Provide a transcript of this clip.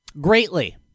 greatly